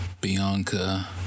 Bianca